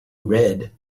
red